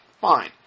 Fine